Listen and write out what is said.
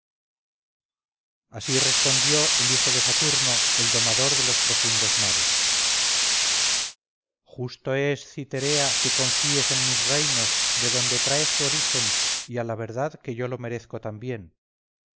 así respondió el hijo de saturno el domador de los profundos mares justo es citerea que confíes en mis reinos de donde traes tu origen y a la verdad que yo lo merezco también